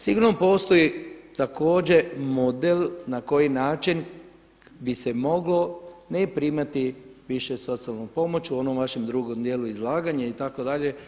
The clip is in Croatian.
Sigurno postoji također model na koji način bi se moglo ne primati više socijalnu pomoć u onom vašem drugom dijelu izlaganja itd.